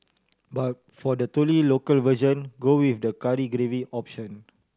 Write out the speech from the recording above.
but for the truly local version go with the curry gravy option